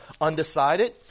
undecided